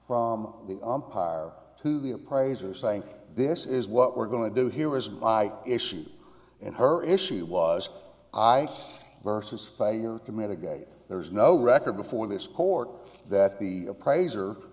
our to the appraiser saying this is what we're going to do here is my issue and her issue was i versus failure to mitigate there's no record before this court that the appraiser